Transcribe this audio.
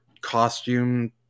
costume